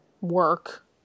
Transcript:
work